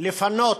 לפנות